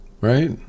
right